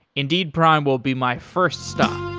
indeed prime will be my first stop